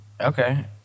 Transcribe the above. Okay